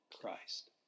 Christ